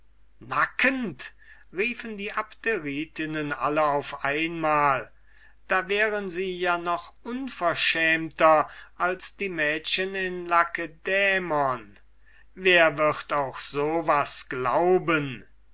nackend riefen die abderitinnen alle auf einmal da wären sie ja noch unverschämter als die mädchen in sparta wer wird auch so was glauben